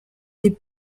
les